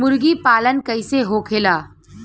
मुर्गी पालन कैसे होखेला?